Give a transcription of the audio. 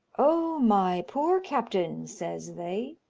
oh, my poor captain, says they,